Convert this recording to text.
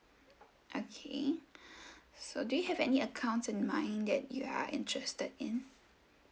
okay so do you have any accounts in mind that you are interested in